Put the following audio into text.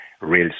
real